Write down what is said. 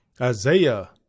Isaiah